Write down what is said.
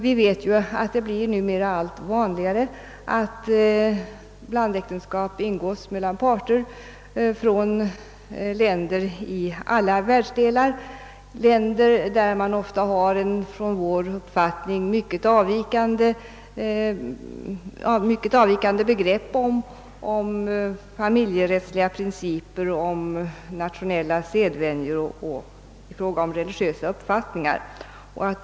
Vi vet ju att det numera blir allt vanligare att blandäktenskap ingås mellan parter från länder i alla världsdelar, länder där familjerättsliga principer, nationella sedvänjor och religiösa uppfattningar i hög grad avviker från våra.